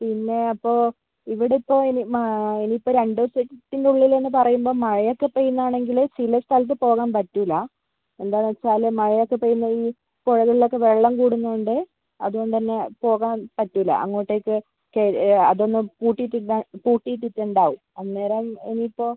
പിന്നെ അപ്പോൾ ഇവിടിപ്പോൾ ഇനി മാ ഇനിയിപ്പോൾ രണ്ട് ദിവസത്തിനുള്ളിലെന്ന് പറയുമ്പോൾ മഴയൊക്കെ പെയ്യുന്നതാണെങ്കിൽ ചില സ്ഥലത്ത് പോകാൻ പറ്റൂലാ എന്താന്ന് വെച്ചാൽ മഴയൊക്കെ പെയ്യുന്നത് പുഴകളിലൊക്കെ വെള്ളം കൂടുന്നോണ്ട് അതുകൊണ്ട് തന്നെ പോകാൻ പറ്റൂലാ അങ്ങോട്ടേക്ക് കെ അതൊന്നും പൂട്ടീട്ടില്ല പൂട്ടിയിട്ടിട്ടുണ്ടാവും അന്നേരം ഇനിയിപ്പോൾ